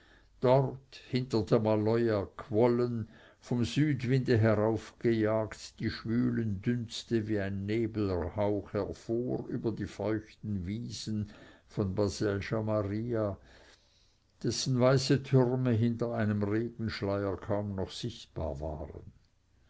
dort hinter der maloja quollen vom südwinde heraufgejagt die schwülen dünste wie ein nebelrauch hervor über die feuchten wiesen von baselgia maria dessen weiße türme hinter einem regenschleier kaum noch sichtbar waren